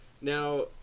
Now